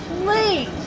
please